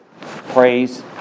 Praise